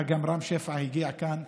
אה, גם רם שפע הגיע לכאן.